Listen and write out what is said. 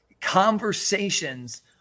conversations